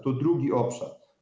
To drugi obszar.